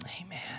amen